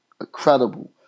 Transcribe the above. Incredible